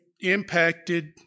impacted